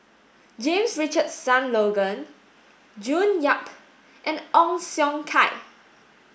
James Richardson Logan June Yap and Ong Siong Kai